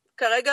בקו.